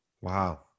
Wow